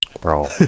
bro